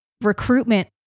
recruitment